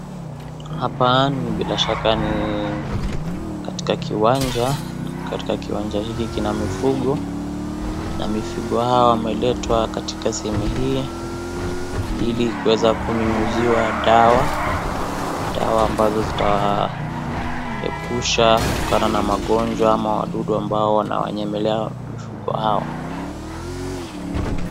Hapa ni bilashaka ni katika kiwanja, katika kiwanja hiki kina mifugo na mifugo hawa wameletwa katika sehemu hii, ili kuweza kunyunyuziwa dawa, dawa ambazo zitaepusha kutokana na magonjwa ama wadudu ambao wanawanyemelea mifugo hawa.